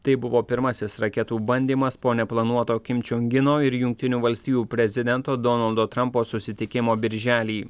tai buvo pirmasis raketų bandymas po neplanuoto kim čion gino ir jungtinių valstijų prezidento donaldo trampo susitikimo birželį